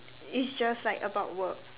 it's just like about work